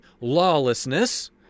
lawlessness